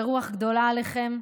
ורוח גדולה עליכם,